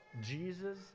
Jesus